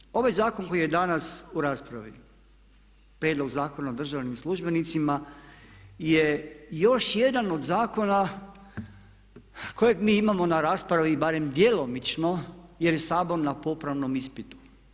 Nadalje, ovaj zakon koji je danas u raspravi, prijedlog Zakona o državnim službenicima je još jedan od zakona kojeg mi imamo na raspravi barem djelomično jer je Sabor na popravnom ispitu.